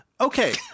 Okay